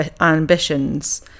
ambitions